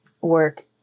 work